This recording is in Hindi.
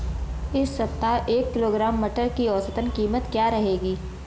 इस सप्ताह एक किलोग्राम मटर की औसतन कीमत क्या रहेगी?